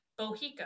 Bohica